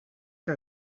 que